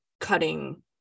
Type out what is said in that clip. cutting